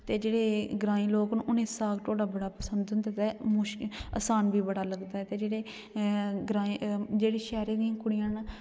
ते जेह्ड़े ग्रांईं लोग होंदे ते उनेंगी साग ढोड्डा बड़ा पसंद ऐ ते आसान बी बड़ा लगदा ते जेह्ड़ी शैह्रें दियां कुड़ियां न